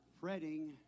fretting